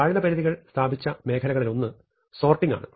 താഴ്ന്നപരിധികൾ സ്ഥാപിച്ച മേഖലകളിലൊന്ന് സോർട്ടിങ് ആണ്